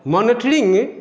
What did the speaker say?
monitoring